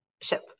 ship